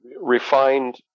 refined